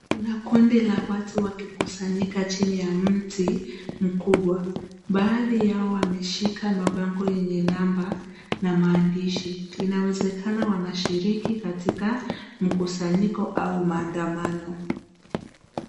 Kuna kundi la watu wakikusanyika chini ya mti mkubwa. Baadhi yao wameshika mabango yenye namba na maandishi, inawezekana wanashiriki katika mkusanyiko au maandamano.